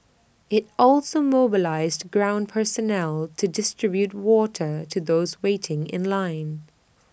IT also mobilised ground personnel to distribute water to those waiting in line